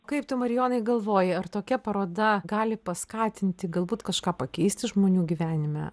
kaip tu marijonai galvoji ar tokia paroda gali paskatinti galbūt kažką pakeisti žmonių gyvenime